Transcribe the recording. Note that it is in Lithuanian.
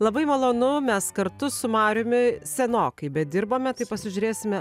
labai malonu mes kartu su mariumi senokai bedirbome tai pasižiūrėsime